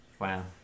wow